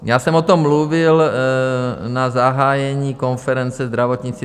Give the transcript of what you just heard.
Já jsem o tom mluvil na zahájení konference Zdravotnictví 2020.